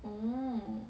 oh